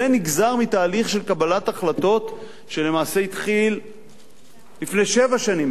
זה נגזר מתהליך של קבלת החלטות שלמעשה התחיל לפני שבע שנים,